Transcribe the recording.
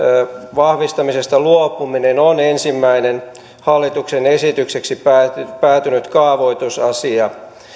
vahvistamisesta luopuminen on ensimmäinen hallituksen esitykseksi päätynyt päätynyt kaavoitusasia